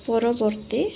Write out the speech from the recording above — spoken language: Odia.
ପରବର୍ତ୍ତୀ